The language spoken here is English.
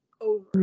over